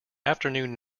afternoon